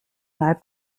leib